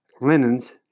linens